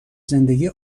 زندگی